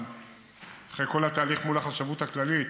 אחרי כל התהליך מול החשבות הכללית,